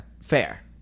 Fair